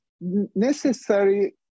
necessary